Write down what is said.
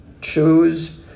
choose